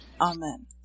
Amen